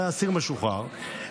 אסיר משוחרר,